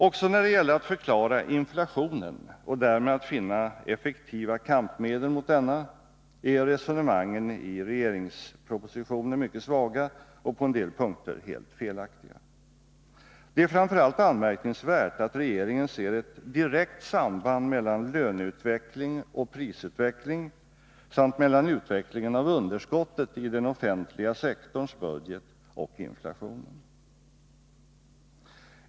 Också när det gäller att förklara inflationen, och därmed att finna effektiva kampmedel mot denna, är resonemangen i regeringspropositionen mycket svaga och på en del punkter helt felaktiga. Det är framför allt anmärkningsvärt att regeringen ser ett direkt samband mellan löneutveckling och prisutveckling samt mellan utvecklingen av underskottet i den offentliga sektorns budget och inflationen.